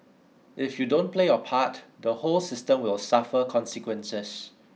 if you don't play your part the whole system will suffer consequences